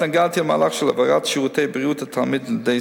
התנגדתי למהלך של העברת שירותי בריאות התלמיד לידי